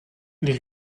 les